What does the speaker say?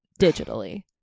digitally